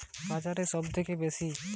এখন কোন ঝিঙ্গের বাজারদর সবথেকে বেশি?